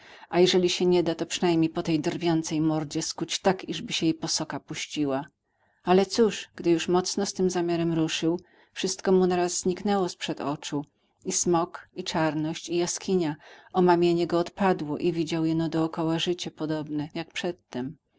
a jeżeli się nie da to przynajmniej po tej drwiącej mordzie skuć tak iżby się jej posoka puściła ale cóż gdy już mocno z tym zamiarem ruszył wszystko mu naraz zniknęło sprzed oczu i smok i czarność i jaskini omamienie go odpadło i widział jeno dookoła życie podobne jak przedtem na